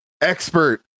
expert